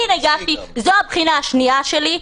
זו הבחינה השנייה שלי.